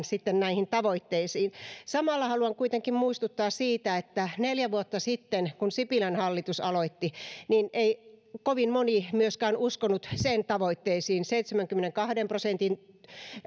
sitten näihin tavoitteisiin samalla haluan kuitenkin muistuttaa siitä että neljä vuotta sitten kun sipilän hallitus aloitti ei kovin moni myöskään uskonut sen tavoitteisiin seitsemänkymmenenkahden prosentin